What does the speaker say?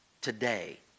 today